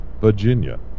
Virginia